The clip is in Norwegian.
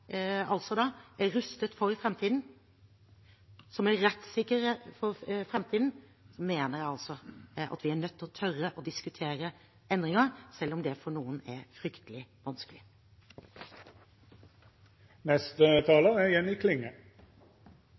for framtiden, mener jeg altså at vi er nødt til å tørre å diskutere endringer, selv om det for noen er fryktelig